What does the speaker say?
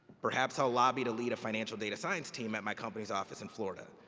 perhaps i'll lobby to lead a financial data science team at my company's office in florida.